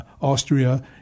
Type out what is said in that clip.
Austria